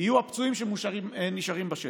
יהיו הפצועים שנשארים בשטח.